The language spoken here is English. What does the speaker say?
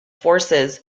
forces